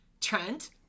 Trent